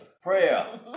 Prayer